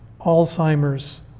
Alzheimer's